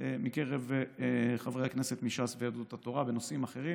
מטעם חברי הכנסת מש"ס ויהדות התורה בנושאים אחרים,